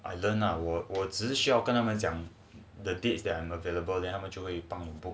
I learn lah 我我只需要跟他们讲 the dates that I A_M available then 他们就会帮我换掉